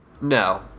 No